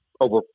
over